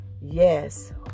Yes